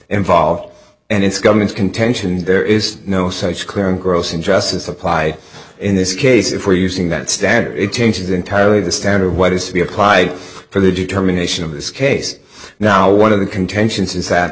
involved and its governments contention there is no such clear and gross injustice apply in this case if we are using that standard it changes entirely the standard of what is to be applied for the determination of this case now one of the contentions is that